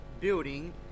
building